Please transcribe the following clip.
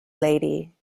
lady